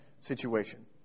situation